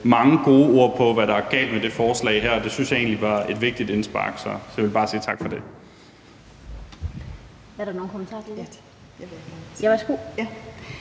mange gode ord på, hvad der er galt med det her forslag, og det synes jeg egentlig var et vigtigt indspark. Så vil jeg bare sige tak for det.